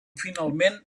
finalment